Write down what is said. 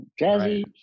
jazzy